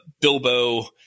Bilbo